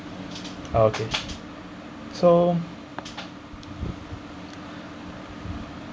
uh okay so